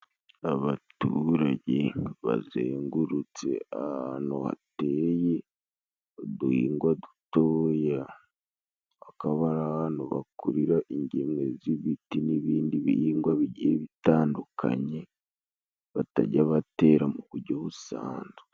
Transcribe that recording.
Abaturage bazengurutse ahantu hateye uduhingwa dutoya, hakaba ari ahantu bakurira ingemwe z'ibiti n'ibindi bihingwa bigiye bitandukanye, batajya batera mu bujyo busanzwe.